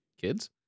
Kids